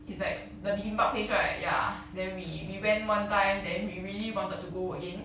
it's like the bibimbap place right ya then we we went one time then we really wanted to go again